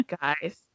guys